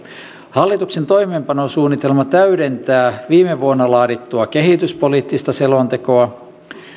hallituksen toimeenpanosuunnitelma täydentää viime vuonna laadittua kehityspoliittista selontekoa